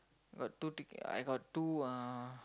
got two ticket I got two uh